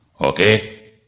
okay